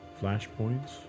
flashpoints